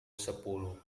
sepuluh